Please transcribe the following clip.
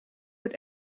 mit